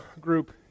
group